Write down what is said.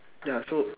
ya so